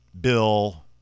Bill